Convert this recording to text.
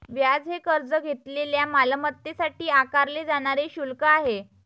व्याज हे कर्ज घेतलेल्या मालमत्तेसाठी आकारले जाणारे शुल्क आहे